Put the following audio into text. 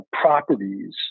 properties